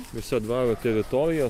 visa dvaro teritorija